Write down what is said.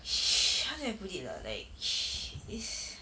sh~ how do I put it lah like she is